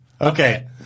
Okay